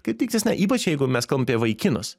kaip tiktais ne ypač jeigu mes kalbam apie vaikinus